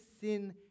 sin